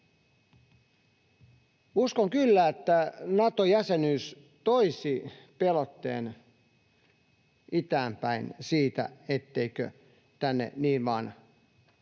Uskon kyllä, että Nato-jäsenyys toisi pelotteen itään päin siitä, ettei tänne niin vaan